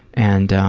and,